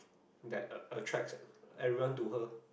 that att~ attracts everyone to her